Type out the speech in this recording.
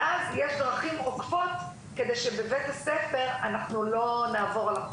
ואז יש דרכים עוקפות כדי שבבית הספר אנחנו לא נעבור על החוק.